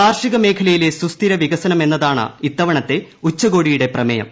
കാർഷിക മേഖലയിലെ സൂസ്ഥിക വികസനം എന്നതാണ് ഇത്തവണത്തെ ഉച്ചുകോടിയുടെ പ്രമേയം